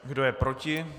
Kdo je proti?